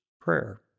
prayer